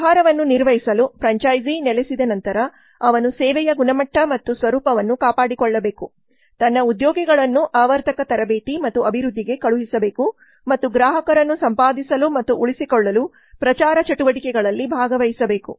ವ್ಯವಹಾರವನ್ನು ನಿರ್ವಹಿಸಲು ಫ್ರ್ಯಾಂಚೈಸ್ ನೆಲೆಸಿದ ನಂತರ ಅವನು ಸೇವೆಯ ಗುಣಮಟ್ಟ ಮತ್ತು ಸ್ವರೂಪವನ್ನು ಕಾಪಾಡಿಕೊಳ್ಳಬೇಕು ತನ್ನ ಉದ್ಯೋಗಿಗಳನ್ನು ಆವರ್ತಕ ತರಬೇತಿ ಮತ್ತು ಅಭಿವೃದ್ಧಿಗೆ ಕಳುಹಿಸಬೇಕು ಮತ್ತು ಗ್ರಾಹಕರನ್ನು ಸಂಪಾದಿಸಲು ಮತ್ತು ಉಳಿಸಿಕೊಳ್ಳಲು ಪ್ರಚಾರ ಚಟುವಟಿಕೆಗಳಲ್ಲಿ ಭಾಗವಹಿಸಬೇಕು